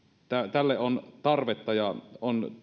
tälle on tarvetta ja on